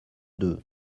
deux